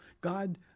God